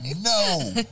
No